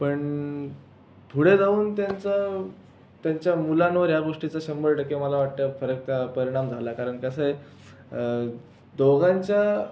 पण पुढे जाऊन त्यांचा त्यांच्या मुलांवर ह्या गोष्टीचा शंभर टक्के मला वाटतं फरक त्या परिणाम झाला कारण कसं आहे दोघांच्या